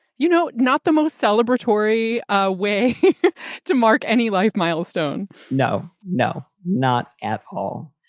you know, not the most celebratory ah way to mark any life milestone no, no, not at all.